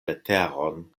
leteron